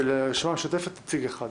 ולרשימה המשותפת נציג אחד.